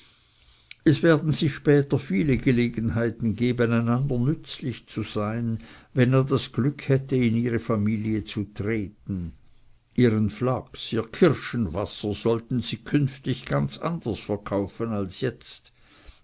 es werden sich später viele gelegenheiten geben einander nützlich zu sein wenn er das glück hätte in ihre familie zu treten ihren flachs ihr kirschenwasser sollten sie künftig ganz anders verkaufen als jetzt